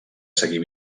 seguir